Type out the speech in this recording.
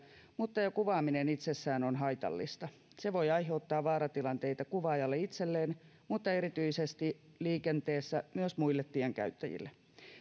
mutta jo kuvaaminen itsessään on haitallista se voi aiheuttaa vaaratilanteita kuvaajalle itselleen mutta erityisesti myös muille tien käyttäjille liikenteessä